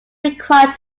required